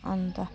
अन्त